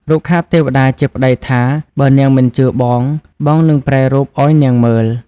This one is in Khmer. រុក្ខទេវតាជាប្ដីថា បើនាងមិនជឿបង បងនឹងប្រែរូបឱ្យនាងមើល។